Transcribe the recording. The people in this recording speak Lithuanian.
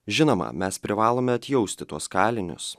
žinoma mes privalome atjausti tuos kalinius